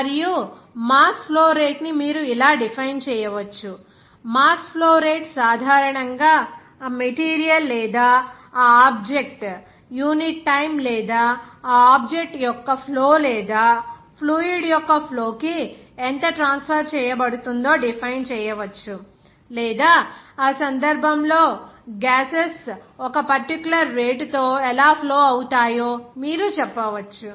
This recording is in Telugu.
మరియు మాస్ ఫ్లో రేటు ని మీరు ఇలా డిఫైన్ చేయవచ్చు మాస్ ఫ్లో రేటు సాధారణంగా ఆ మెటీరియల్ లేదా ఆ ఆబ్జెక్ట్ యూనిట్ టైమ్ లేదా ఆ ఆబ్జెక్ట్ యొక్క ఫ్లో లేదా ఫ్లూయిడ్ యొక్క ఫ్లో కి ఎంత ట్రాన్స్ఫర్ చేయబడుతుందో డిఫైన్ చేయవచ్చు లేదా ఆ సందర్భంలో గ్యాసెస్ ఒక పర్టిక్యూలర్ రేటు తో ఎలా ఫ్లో అవుతాయో మీరు చెప్పవచ్చు